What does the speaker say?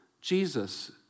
Jesus